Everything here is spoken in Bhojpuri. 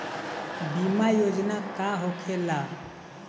बीमा योजना का होखे ला?